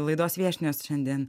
laidos viešnios šiandien